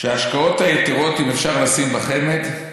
שההשקעות היתרות, אם אפשר לשים בחמ"ד,